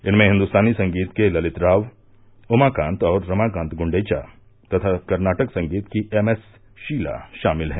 इनमें हिंदुस्तानी संगीत के ललित राव उमाकांत और रमाकांत गुंडेचा तथा कर्नाटक संगीत की एमएस शीला शामिल हैं